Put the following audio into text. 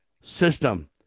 system